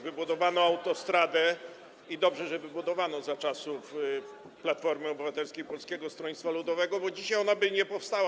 Wybudowano autostradę, i dobrze, że wybudowano, za czasów Platformy Obywatelskiej i Polskiego Stronnictwa Ludowego, bo dzisiaj ona by nie powstała.